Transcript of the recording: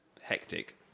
hectic